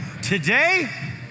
today